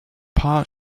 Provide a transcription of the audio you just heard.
paar